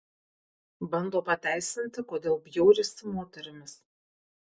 bando pateisinti kodėl bjaurisi moterimis